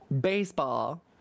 baseball